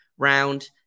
round